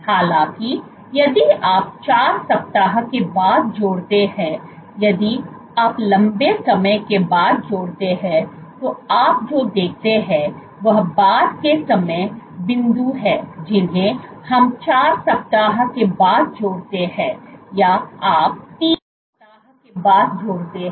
हालांकि यदि आप 4 सप्ताह के बाद जोड़ते हैं यदि आप लंबे समय के बाद जोड़ते हैं तो आप जो देखते हैं वह बाद के समय बिंदु हैं जिन्हें हम 4 सप्ताह के बाद जोड़ते हैं या आप 3 सप्ताह के बाद जोड़ते हैं